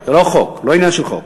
זה לא עניין של חוק.